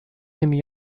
نمی